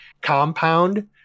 compound